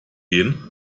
gehen